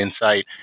insight